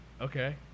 okay